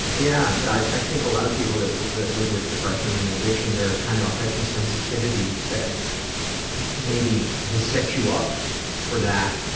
yeah, i i think a lot of people that live with depression and addiction there's kind of a heightened sensitivity that maybe has set you up for that,